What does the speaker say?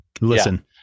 Listen